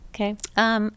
Okay